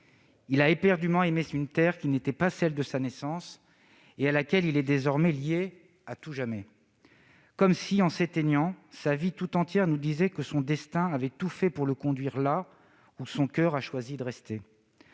Il a éperdument aimé une terre qui n'était pas celle de sa naissance, et à laquelle il est désormais lié à tout jamais. Comme si, en s'éteignant, sa vie entière nous disait que son destin avait tout fait pour le conduire là ou son coeur a choisi de rester,